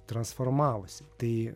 transformavosi tai